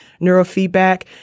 NeuroFeedback